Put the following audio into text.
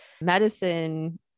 medicine